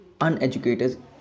uneducated